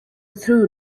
through